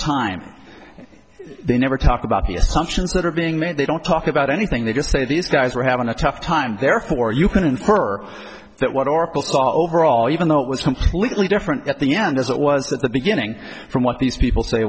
time they never talk about the assumptions that are being made they don't talk about anything they just say these guys are having a tough time therefore you can infer that what are overall even though it was completely different at the end as it was at the beginning from what these people say